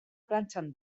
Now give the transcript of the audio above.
plantxan